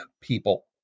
people